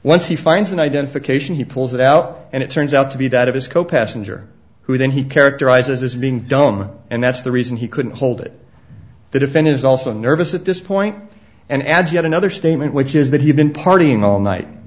once he finds an identification he pulls it out and it turns out to be that of his co passenger who then he characterizes as being dumb and that's the reason he couldn't hold it the defendant is also nervous at this point and adds yet another statement which is that he had been partying all night